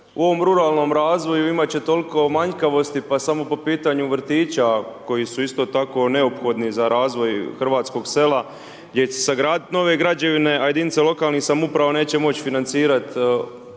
u ovom ruralnom razvoju imati će toliko manjkavosti, pa samo po pitanju vrtića, koji su isto tako neophodni za razvoj hrvatskog sela, gdje će se sagraditi nove građevine, a jedinice lokalne samouprave neće moći financirati